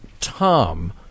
Tom